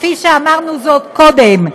כפי שאמרנו קודם.